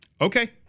okay